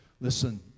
Listen